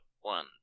one